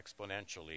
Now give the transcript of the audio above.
exponentially